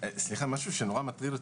משהו שמטריד אותי.